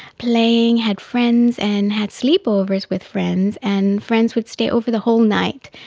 playing, had friends and had sleepovers with friends, and friends would stay over the whole night,